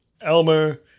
Elmer